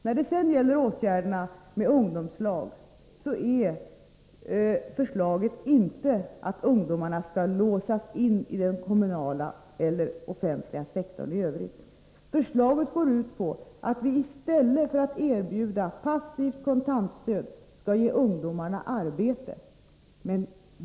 När det sedan gäller förslaget om ungdomslag innebär inte detta att ungdomarna skall låsas in i den kommunala verksamheten eller i den offentliga sektorn i övrigt. Förslaget går ut på att vi i stället för att erbjuda passivt kontantstöd skall ge ungdomarna arbete.